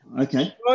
Okay